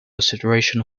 consideration